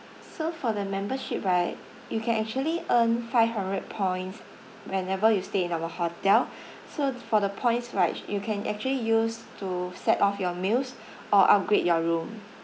so for the membership right you can actually earn five hundred points whenever you stay in our hotel so for the points right you can actually use to set off your meals or upgrade your room